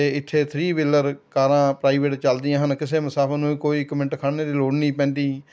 ਅਤੇ ਇੱਥੇ three wheeler ਕਾਰਾਂ ਪ੍ਰਾਈਵੇਟ ਚੱਲਦੀਆਂ ਹਨ ਕਿਸੇ ਮੁਸਾਫਿਰ ਨੂੰ ਵੀ ਕੋਈ ਇੱਕ ਮਿੰਟ ਖੜ੍ਹਨ ਦੀ ਲੋੜ ਨਹੀਂ ਪੈਂਦੀ